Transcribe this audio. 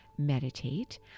meditate